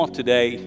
today